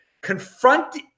Confront